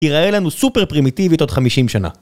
היראה לנו סופר פרימיטיבית עוד 50 שנה